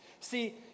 See